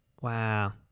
Wow